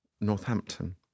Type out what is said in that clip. Northampton